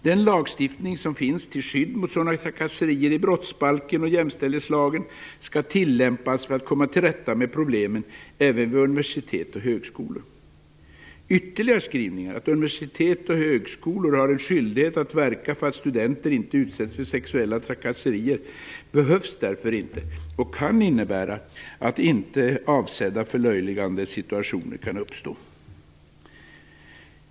Den lagstiftning som finns i brottsbalken och jämställdhetslagen till skydd mot sådana trakasserier skall tillämpas för att komma till rätta med problemen även vid universitet och högskolor. Ytterligare skrivningar, att universitet och högskolor har en skyldighet att verka för att studenter inte utsätts för sexuella trakasserier, behövs därför inte och kan innebära att inte avsedda förlöjligande situationer kan uppstå.